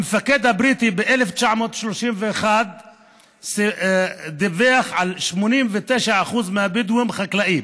המפקד הבריטי ב-1931 דיווח ש-89% מהבדואים הם חקלאים.